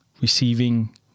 Receiving